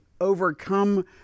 overcome